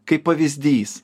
kaip pavyzdys